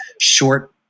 short